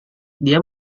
dia